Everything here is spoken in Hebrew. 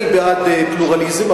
אני בעד פלורליזם,